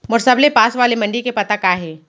मोर सबले पास वाले मण्डी के पता का हे?